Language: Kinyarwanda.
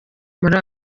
muri